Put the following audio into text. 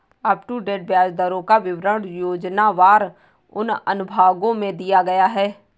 up to date ब्याज दरों का विवरण योजनावार उन अनुभागों में दिया गया है